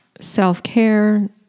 Self-care